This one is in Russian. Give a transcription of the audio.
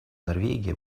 норвегия